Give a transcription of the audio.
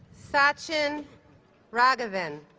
sachin raghavan